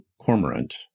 Cormorant